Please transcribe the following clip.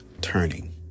Turning